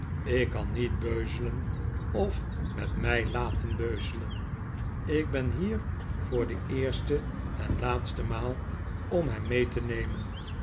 ik kan niet beuzelen of met mij laten beuzelen ik ben hier voor de eerste en laatste maal om hem mee te nemen